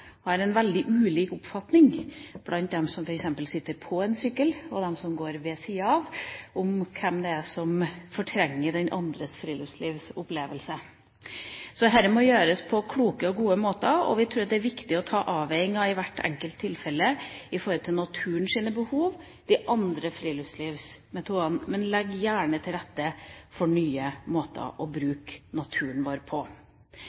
en veldig ulik oppfatning hos dem som f.eks. sitter på en sykkel, og dem som går ved siden av, om hvem det er som fortrenger den andres friluftslivsopplevelse. Så dette må gjøres på kloke og gode måter. Vi tror det er viktig å ta avveininger i hvert enkelt tilfelle i forhold til naturens behov når det gjelder de andre friluftslivsmetodene, men legger gjerne til rette for nye måter å bruke naturen vår på.